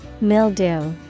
Mildew